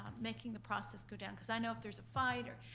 making the process go down, cause i know if there's a fight or,